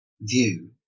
view